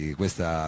questa